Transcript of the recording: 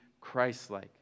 Christ-like